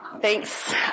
Thanks